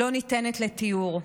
לא ניתנות לתיאור.